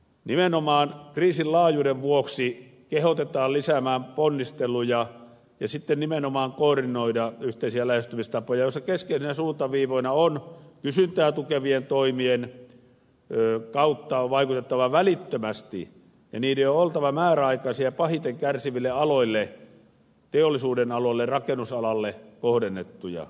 nimenomaan kriisin laajuuden vuoksi kehotetaan lisäämään ponnisteluja ja nimenomaan koordinoimaan yhteisiä lähestymistapoja joissa keskeisinä suuntaviivoina on kysyntää tukevien toimien kautta vaikuttaa välittömästi ja niiden on oltava määräaikaisia ja pahiten kärsiville aloille teollisuuden aloille rakennusalalle kohdennettuja